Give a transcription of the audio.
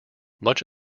much